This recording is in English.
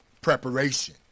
preparation